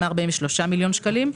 היא 143 מיליון שקלים: